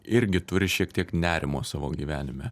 irgi turi šiek tiek nerimo savo gyvenime